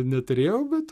neturėjau bet